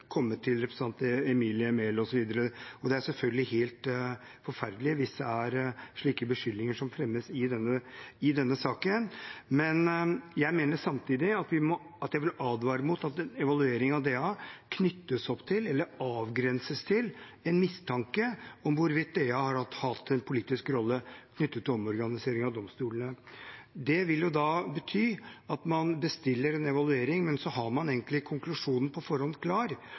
til representanten Emilie Enger Mehl, osv. Det er selvfølgelig helt forferdelig hvis det er slike beskyldninger som fremmes i denne saken. Men jeg vil samtidig advare mot at en evaluering av DA knyttes til eller avgrenses til en mistanke om hvorvidt DA har hatt en politisk rolle knyttet til omorganisering av domstolene. Det vil jo bety at man bestiller en evaluering, men egentlig har konklusjonen klar på forhånd,